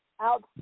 Out